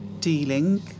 dealing